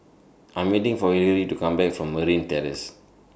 I'm waiting For Hillary to Come Back from Merryn Terrace